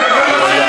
אתה תעוף מפה.